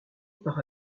par